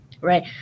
Right